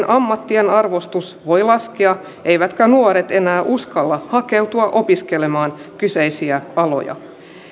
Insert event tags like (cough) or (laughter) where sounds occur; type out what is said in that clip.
(unintelligible) ammattien arvostus voi laskea eivätkä nuoret enää uskalla hakeutua opiskelemaan kyseisiä aloja